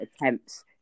Attempts